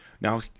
Now